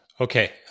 Okay